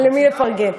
למי לפרגן.